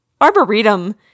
Arboretum